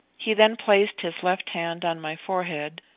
he then placed his left hand on my forehead,